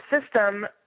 system